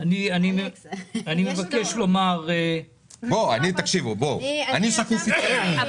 אני מבקשת --- בואו, תקשיבו --- אבל